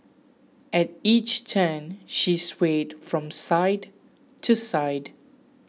at each turn she swayed from side to side